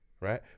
Right